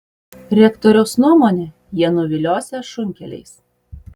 rektoriaus nuomone jie nuviliosią šunkeliais